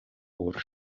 por